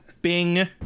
Bing